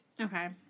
Okay